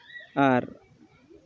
ᱟᱨ